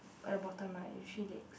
at the bottom right there's three legs